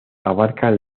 abarcan